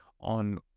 on